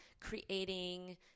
creating